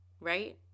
right